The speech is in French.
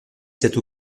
cette